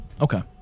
okay